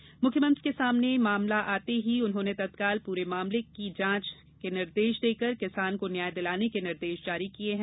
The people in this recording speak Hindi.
श्री कमलनाथ के सामने मामला आते ही उन्होंने तत्काल पूरे मामले की जाँच के निर्देश देकर किसान को न्याय दिलाने के निर्देश जारी किये थे